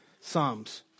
Psalms